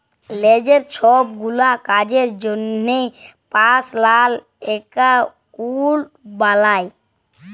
লিজের ছবগুলা কাজের জ্যনহে পার্সলাল একাউল্ট বালায়